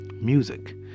music